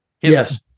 Yes